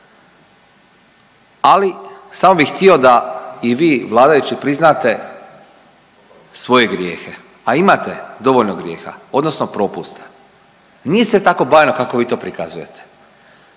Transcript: Ali, samo bih htio da i vi vladajući priznate svoje grijehe, a imate dovoljno grijeha, odnosno propusta. Nije sve tako bajno kako vi to prikazujete.